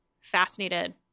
fascinated